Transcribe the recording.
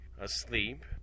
asleep